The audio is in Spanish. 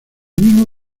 mismo